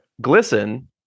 Glisten